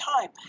time